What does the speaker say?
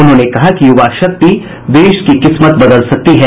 उन्होंने कहा कि युवा शक्ति देश की किस्मत बदल सकती है